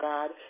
God